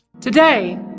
Today